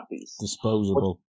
Disposable